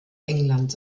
englands